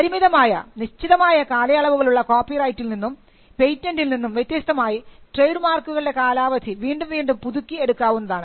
പരിമിതമായ നിശ്ചിതമായ കാലയളവുകൾ ഉള്ള കോപ്പിറൈറ്റിൽ നിന്നും പേറ്റന്റിൽ നിന്നും വ്യത്യസ്തമായി ട്രേഡ്മാർക്ക്കളുടെ കാലാവധി വീണ്ടും വീണ്ടും പുതുക്കി എടുക്കാവുന്നതാണ്